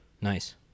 Nice